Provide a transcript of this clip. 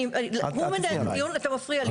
אז הוא מנהל את הדיון ואתה מפריע לי.